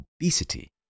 obesity